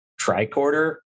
tricorder